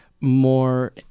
more